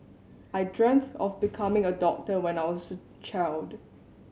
I dreamt of becoming a doctor when I was a child